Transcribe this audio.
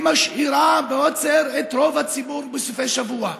ומשאירה בעוצר את רוב הציבור בסופי שבוע,